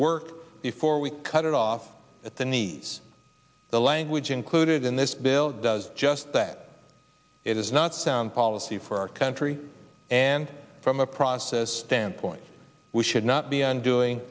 work before we cut it off at the knees the language included in this bill does just that it is not sound policy for our country and from a process standpoint we should not be undoing